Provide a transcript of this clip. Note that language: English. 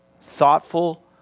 thoughtful